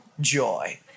joy